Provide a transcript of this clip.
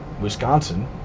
Wisconsin